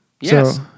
Yes